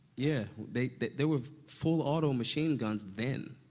yeah. they there were full-auto machine guns then.